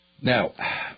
Now